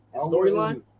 storyline